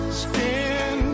skin